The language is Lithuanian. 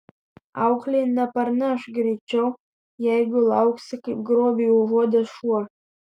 auklė neparneš greičiau jeigu lauksi kaip grobį užuodęs šuo